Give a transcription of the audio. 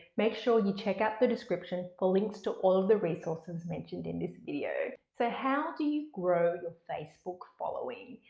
make sure you check out the description for links to all the resources mentioned in this video. so, how do you grow your facebook following?